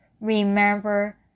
remember